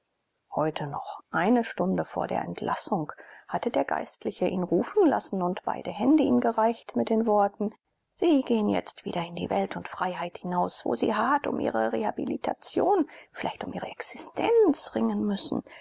heute noch eine stunde vor der entlassung hatte der geistliche ihn rufen lassen und beide hände ihm gereicht mit den worten sie gehen jetzt wieder in die welt und freiheit hinaus wo sie hart um ihre rehabilitation vielleicht um ihre existenz ringen müssen